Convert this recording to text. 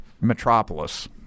metropolis